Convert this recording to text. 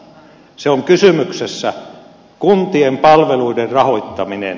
siinä on kysymyksessä kuntien palveluiden rahoittaminen